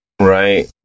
right